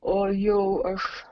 o jau aš